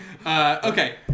Okay